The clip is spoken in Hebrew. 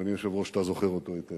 אדוני היושב-ראש, אתה זוכר אותו היטב.